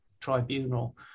tribunal